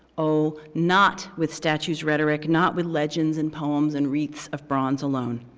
oh, not with statues rhetoric, not with legends and poems and wreaths of bronze alone,